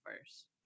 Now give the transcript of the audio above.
first